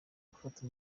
gufata